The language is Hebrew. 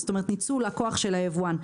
כלומר ניצול כוח היבואן.